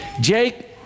Jake